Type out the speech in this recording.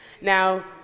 Now